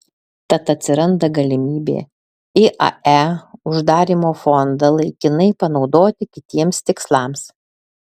tad atsiranda galimybė iae uždarymo fondą laikinai panaudoti kitiems tikslams